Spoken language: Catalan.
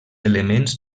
elements